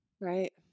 right